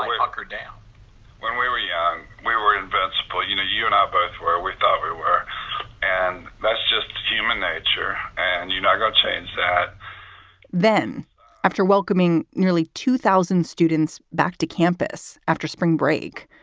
hunker down when we were young we were invincible. you know, you and i both where we thought we were and that's just human nature. and you're not gonna change that then after welcoming nearly two thousand students back to campus after spring break.